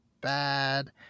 bad